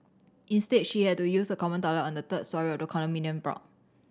instead she had to use a common toilet on the third storey of the condominium block